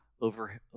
over